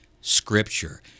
Scripture